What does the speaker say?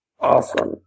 awesome